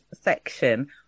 section